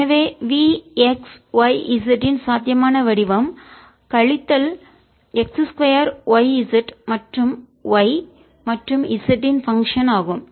∂V∂xFx 2xyz Vxyz x2yzf எனவே V x y z இன் சாத்தியமான வடிவம் கழித்தல் x 2 y z மற்றும் y மற்றும் z இன் பங்க்ஷன் செயல்பாடு ஆகும்